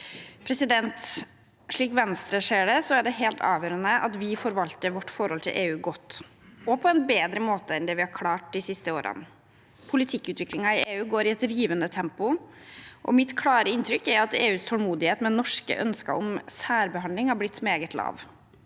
Slik Venstre ser det, er det helt avgjørende at vi forvalter vårt forhold til EU godt – og på en bedre måte enn vi har klart de siste årene. Politikkutviklingen i EU går i et rivende tempo. Mitt klare inntrykk er at EUs tålmodighet med norske ønsker om særbehandling er blitt meget lav.